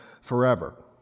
forever